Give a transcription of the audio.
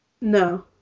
No